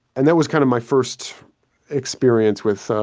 and that was kind of my first experience with.